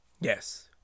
Yes